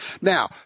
Now